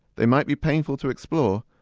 they might be painful to explore,